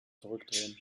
zurückdrehen